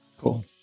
cool